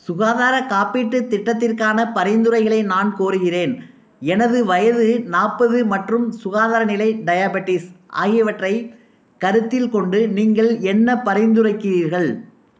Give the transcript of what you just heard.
சுகாதாரக் காப்பீட்டுத் திட்டத்திற்கான பரிந்துரைகளை நான் கோருகிறேன் எனது வயது நாற்பது மற்றும் சுகாதார நிலை டயாபட்டீஸ் ஆகியவற்றை கருத்தில் கொண்டு நீங்கள் என்ன பரிந்துரைக்கிறீர்கள்